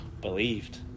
believed